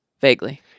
Vaguely